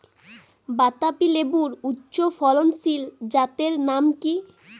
বাতাবি লেবুর উচ্চ ফলনশীল জাতের নাম কি?